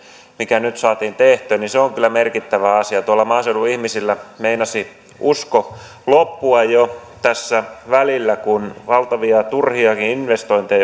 mikä nyt saatiin tehtyä on kyllä merkittävä asia maaseudun ihmisillä meinasi uskoa loppua jo tässä välillä kun valtavia turhiakin investointeja